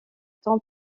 tons